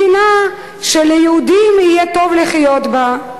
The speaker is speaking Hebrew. מדינה שליהודים יהיה טוב לחיות בה.